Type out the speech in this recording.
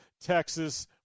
Texas